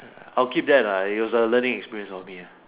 I'll keep that lah it's a learning experience for me ah